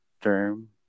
term